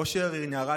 אושר היא נערה